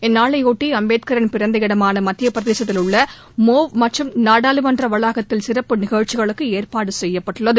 இந்நாளையாட்டி அம்பேத்கரின் பிறந்த இடமாள மத்தியப்பிரதேசத்தில் உள்ள மோவ் மற்றும் நாடாளுமன்ற வளாகத்தில் சிறப்பு நிகழ்ச்சிகளுக்கு ஏற்பாடு செய்யப்பட்டுள்ளது